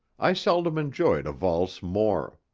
i seldom enjoyed a valse more.